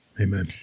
amen